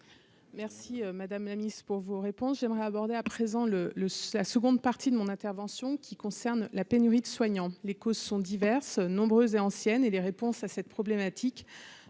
merci madame la Ministre pour vos réponses, j'aimerais aborder à présent le le la seconde partie de mon intervention, qui concerne la pénurie de soignants, les causes sont diverses, nombreuses et ancienne et les réponses à cette problématique